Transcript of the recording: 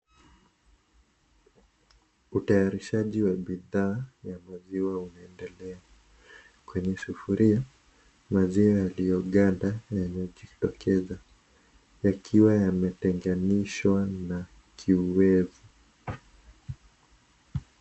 Utayarishaji wa bidhaa ya maziwa unaendelea, kwenye sufuria, maziwa yaliyoganda yanajitokeza, yakiwa yametenganishwa na kiyowevu.